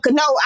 no